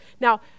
Now